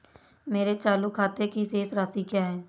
मेरे चालू खाते की शेष राशि क्या है?